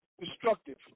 destructive